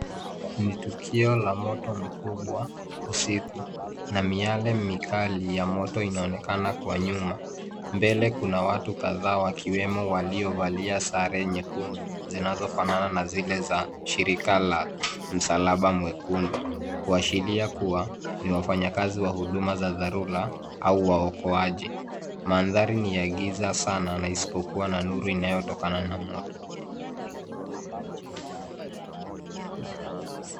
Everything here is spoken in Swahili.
Ni tukio la moto mkubwa usiku na mianga mikali ya moto inaonekana kwa nyuma. Mbele kuna watu kadhaa wakiwemo waliovalia sare nyekundu zinazofanana na zile za shirika la msalaba mwekundu kuashiria kuwa ni wafanyakazi wa huduma za dharura au waokoaji. Mandhari ni ya giza sana na isipokuwa na nuru inayotokana na moto.